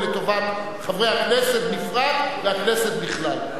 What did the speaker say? לטובת חברי הכנסת בפרט והכנסת בכלל.